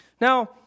Now